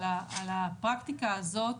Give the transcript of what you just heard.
על הפרקטיקה הזאת,